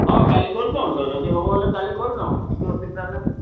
ହଁ କାଲି କରିଦିଅନ୍ତୁ ଯଦି ହେବ ହେଲେ କାଲି କରିଦିଅନ୍ତୁ କିଛି ଅସୁବିଧା ନାହିଁ